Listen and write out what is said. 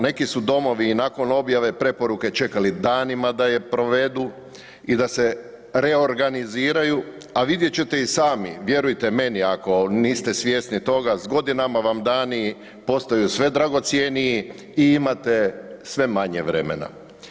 Neki su domovi i nakon objave preporuke čekali danima da je provedu i da se reorganiziraju, a vidjet ćete i sami, vjerujte meni ako niste svjesni toga, s godinama vam dani postaju sve dragocjeniji i imate sve manje vremena.